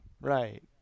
right